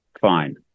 fine